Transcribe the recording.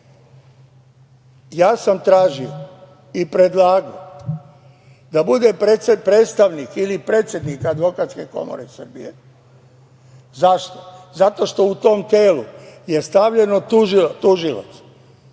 ja sam tražio i predlagao da bude predstavnik ili predsednik Advokatske komore Srbije. Zašto? Zato što u tom telu je stavljeno tužilac.